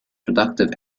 productive